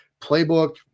playbook